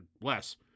less